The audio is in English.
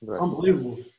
unbelievable